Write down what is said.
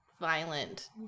violent